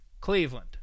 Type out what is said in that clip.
Cleveland